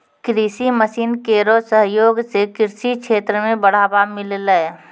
कृषि मसीन केरो सहयोग सें कृषि क्षेत्र मे बढ़ावा मिललै